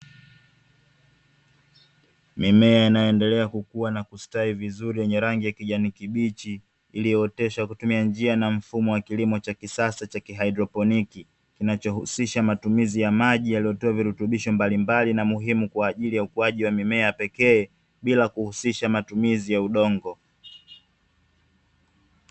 Mimea inayoendelea kukua na kustawi vizuri yenye rangi ya kijani kibichi, iliyooteshwa kwa kutumia njia na mfumo wa kilimo cha kisasa cha kihaidroponi, kinachohusisha matumizi ya maji yaliyotiwa virutubisho mbalimbali na muhimu kwa ajili ya ukuaji wa mimea pekee, bila kuhusisha matumizi ya udongo.